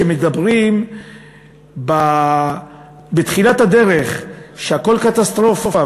כשאומרים בתחילת הדרך שהכול קטסטרופה,